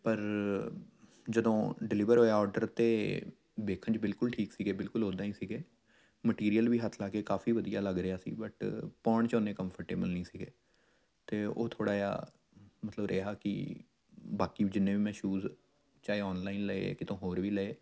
ਪਰ ਜਦੋਂ ਡਿਲੀਵਰ ਹੋਇਆ ਅੋਰਡਰ ਤਾਂ ਵੇਖਣ 'ਚ ਬਿਲਕੁਲ ਹੀ ਠੀਕ ਸੀਗੇ ਬਿਲਕੁਲ ਉਦਾਂ ਹੀ ਸੀਗੇ ਮਟੀਰੀਅਲ ਵੀ ਹੱਥ ਲਾ ਕੇ ਕਾਫੀ ਵਧੀਆ ਲੱਗ ਰਿਹਾ ਸੀ ਬਟ ਪਾਉਣ 'ਚ ਉੱਨੇ ਕੰਫਰਟੇਬਲ ਨਹੀਂ ਸੀਗੇ ਅਤੇ ਉਹ ਥੋੜ੍ਹਾ ਜਿਹਾ ਮਤਲਬ ਰਿਹਾ ਕਿ ਬਾਕੀ ਜਿੰਨੇ ਵੀ ਮੈਂ ਸ਼ੂਜ਼ ਚਾਹੇ ਔਨਲਾਈਨ ਲਏ ਕਿਤੋਂ ਹੋਰ ਵੀ ਲਏ